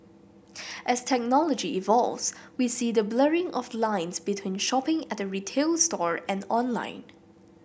as technology evolves we see the blurring of lines between shopping at a retail store and online